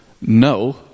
no